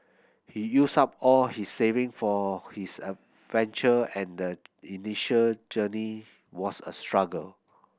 he used up all his saving for his venture and the initial journey was a struggle